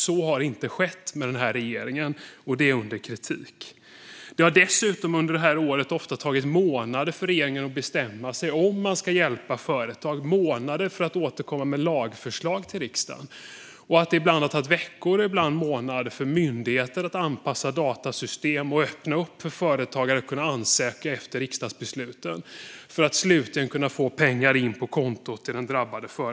Så har inte skett med den här regeringen, och det är under all kritik. Det har dessutom under det här året ofta tagit månader för regeringen att bestämma sig för om man ska hjälpa företag och månader för att återkomma med lagförslag till riksdagen. Det har också ibland tagit veckor, ibland månader för myndigheter att anpassa datasystem och öppna upp för drabbade företagare att kunna ansöka efter riksdagsbesluten för att slutligen kunna få pengar in på kontot.